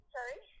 Sorry